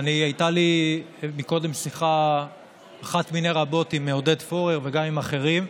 הייתה לי קודם שיחה אחת מני רבות עם עודד פורר וגם עם אחרים,